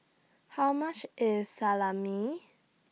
How much IS Salami